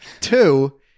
Two